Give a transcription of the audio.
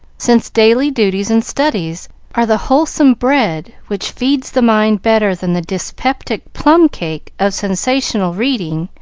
since daily duties and studies are the wholesome bread which feeds the mind better than the dyspeptic plum-cake of sensational reading,